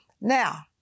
Now